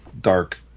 Dark